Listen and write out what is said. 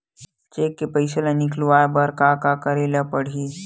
Cheque ले पईसा निकलवाय बर का का करे ल पड़हि?